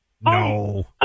No